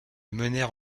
menèrent